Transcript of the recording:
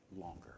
longer